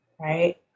right